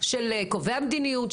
של קובעי המדיניות,